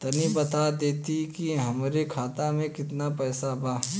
तनि बता देती की हमरे खाता में कितना पैसा बा?